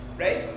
Right